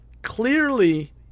Clearly